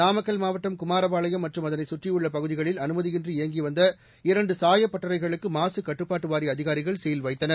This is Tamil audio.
நாமக்கல் மாவட்டம் குமாரபாளையம் மற்றும் அதனை சுற்றியுள்ள பகுதிகிளல் அனுமதியின்றி இயங்கி வந்த இரண்டு சாயப் பட்டறைகளுக்கு மாசு கட்டுப்பாட்டு வாரிய அதிகாரிகள் சீல் வைத்தனர்